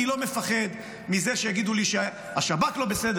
אני לא מפחד מזה שיגידו לי שהשב"כ לא בסדר